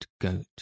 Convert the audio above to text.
goat